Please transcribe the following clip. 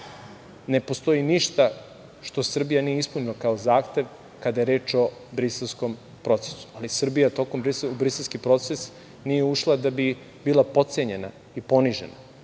Ne postoji ništa što Srbija nije ispunila kao zahtev, kada je reč o Briselskom procesu, ali Srbija u Briselski proces nije ušla da bi bila potcenjena i ponižena,